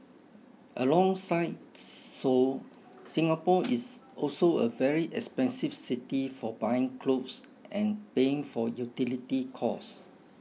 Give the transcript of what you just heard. alongside Seoul Singapore is also a very expensive city for buying clothes and paying for utility costs